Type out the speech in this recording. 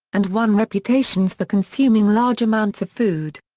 and won reputations for consuming large amounts of food.